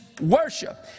worship